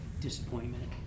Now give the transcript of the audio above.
disappointment